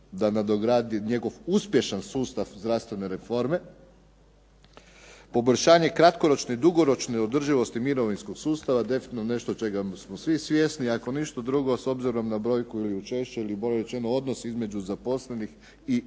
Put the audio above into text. da nadogradi njegov uspješan sustav zdravstvene reforme. Poboljšanje kratkoročne dugoročne mirovinskog sustava, definitivno nešto čega smo svi svjesni. Ako ništa drugo s obzirom na brojku ili učešće ili bolje rečeno odnos između broja zaposlenih i broja